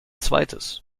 zweites